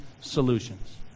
solutions